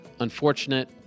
unfortunate